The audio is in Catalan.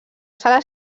sala